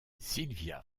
silvia